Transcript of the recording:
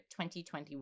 2021